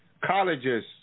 colleges